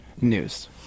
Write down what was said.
news